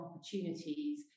opportunities